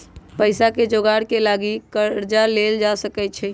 पइसाके जोगार के लागी कर्जा लेल जा सकइ छै